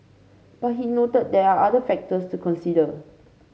but he noted there are other factors to consider